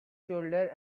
shoulder